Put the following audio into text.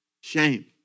Shame